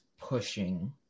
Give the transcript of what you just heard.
pushing